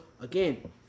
again